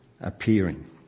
appearing